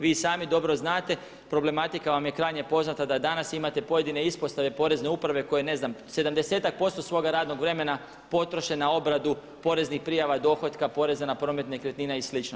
Vi i sami dobro znate problematika vam je krajnje poznata da danas imate pojedine ispostave porezne uprave koje ne znam 70% svoga radnog vremena potroše na obradu poreznih prijava, dohotka, porez na promet nekretnina i slično.